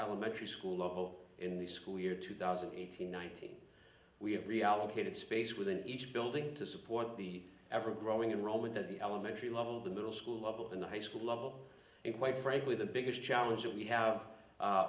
elementary school level in the school year two thousand eight hundred nineteen we have reallocated space within each building to support the ever growing in rome and then the elementary level of the middle school level in the high school level and quite frankly the biggest challenge that we have